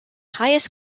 highest